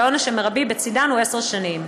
והעונש המרבי בצידן הוא עשר שנות מאסר.